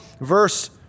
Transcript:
verse